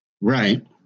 Right